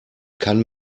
kann